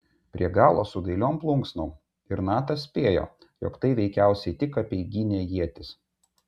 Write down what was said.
prie galo su dailiom plunksnom ir natas spėjo jog tai veikiausiai tik apeiginė ietis